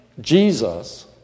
Jesus